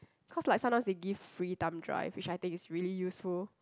cause like sometimes they give free thumb-drive which I think is really useful